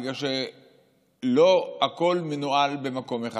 בגלל שלא הכול מנוהל במקום אחד.